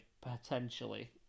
potentially